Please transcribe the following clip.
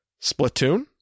Splatoon